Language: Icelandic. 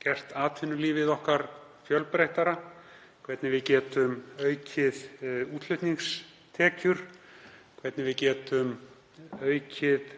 gert atvinnulíf okkar fjölbreyttara, hvernig við getum aukið útflutningstekjur, hvernig við getum aukið